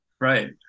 right